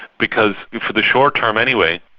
because, for the short term anyway,